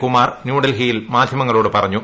കുമാർ ന്യൂഡൽഹിയിൽ മാധ്യമങ്ങളോട് പറഞ്ഞു